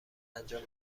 انجام